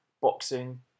boxing